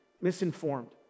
misinformed